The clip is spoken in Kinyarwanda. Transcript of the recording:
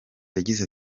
yagize